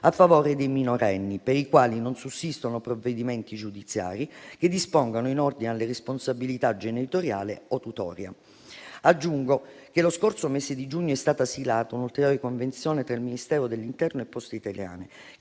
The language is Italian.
a favore dei minorenni, per i quali non sussistono provvedimenti giudiziari che dispongano in ordine alla responsabilità genitoriale o tutoria. Aggiungo che lo scorso mese di giugno è stata siglata un'ulteriore convenzione tra il Ministero dell'interno e Poste Italiane